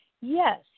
Yes